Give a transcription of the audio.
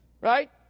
Right